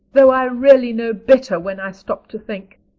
though i really know better when i stop to think.